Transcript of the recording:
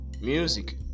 music